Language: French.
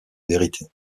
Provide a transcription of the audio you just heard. vérité